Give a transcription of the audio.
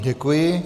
Děkuji.